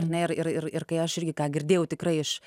ar ne ir ir kai aš irgi ką girdėjau tikrai iš